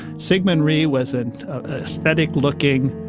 syngman rhee was an aesthetic-looking,